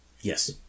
Yes